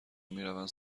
میروند